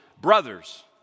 Brothers